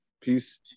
Peace